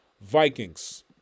Vikings